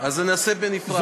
אז נעשה בנפרד.